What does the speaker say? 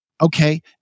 Okay